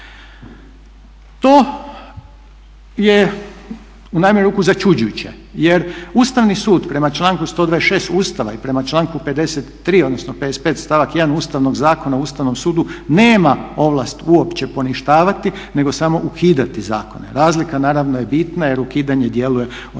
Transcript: To je u najmanju ruku začuđujuće, jer Ustavni sud prema članku 126. Ustava i prema članku 53. odnosno 55. stavak 1. Ustavnog zakona o Ustavnom sudu nema ovlast uopće poništavati, nego samo ukidati zakone. Razlika naravno je bitna, jer ukidanje djeluje od časa